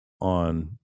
on